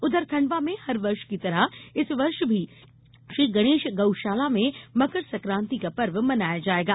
उधर खंडवा में हर वर्ष की तरह इस वर्ष भी श्री गणेश गौशाला में मकर संक्रांति का पर्व मनाया जाएगा